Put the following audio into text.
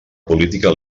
política